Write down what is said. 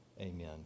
Amen